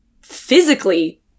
physically